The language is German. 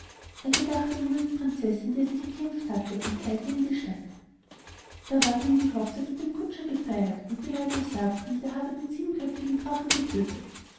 er gedachte nun an die prinzessin die er sich erkämpft hatte und eilte in die stadt da ward eben die hochzeit mit dem kutscher gefeiert und die leute sagten der habe den siebenköpfigen drachen getödtet